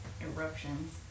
eruptions